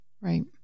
Right